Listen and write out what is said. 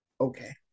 okay